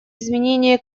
изменения